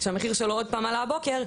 שהמחיר שלו עוד פעם עלה הבוקר,